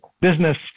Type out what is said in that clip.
business